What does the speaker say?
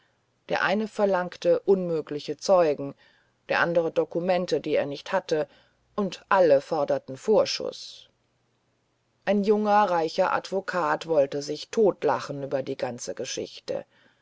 der eine verlangte unmögliche zeugen der andere dokumente die er nicht hatte und alle forderten vorschuß ein junger reicher advokat wollte sich totlachen über die ganze geschichte